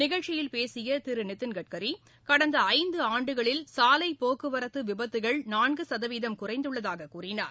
நிகழ்ச்சியில் பேசிய திரு நிதின் கட்கரி கடந்த ஐந்து ஆண்டுகளில் சாலை போக்குவரத்து விபத்துக்கள் நான்கு சதவீதம் குறைந்துள்ளதாகக் கூறினார்